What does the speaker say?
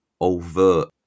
overt